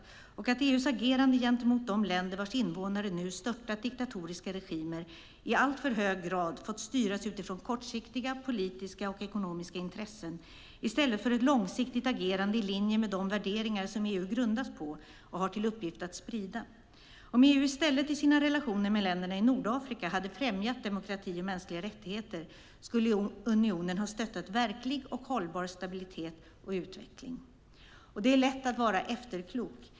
Utskottet menar också att EU:s agerande gentemot de länder vars invånare nu har störtat diktatoriska regimer i alltför hög grad har fått styras utifrån kortsiktiga politiska och ekonomiska intressen i stället för ett långsiktigt agerande i linje med de värderingar som EU grundas på och har till uppgift att sprida. Om EU i stället i sina relationer med länderna i Nordafrika hade främjat demokrati och mänskliga rättigheter skulle unionen ha stöttat verklig och hållbar stabilitet och utveckling. Det är lätt att vara efterklok.